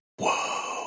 whoa